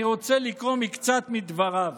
אני רוצה לקרוא מקצת מדבריו,